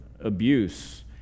abuse